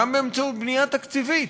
וגם באמצעות בנייה תקציבית.